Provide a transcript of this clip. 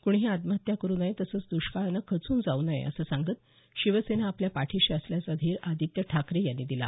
कोणीही आत्महत्या करू नये तसंच दुष्काळानं खचून जाऊ नये असं सांगत शिवसेना आपल्या पाठीशी असल्याचा धीर आदित्य ठाकरे यांनी दिला